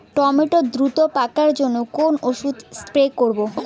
Tomato দ্রুত পাকার জন্য কোন ওষুধ স্প্রে করব?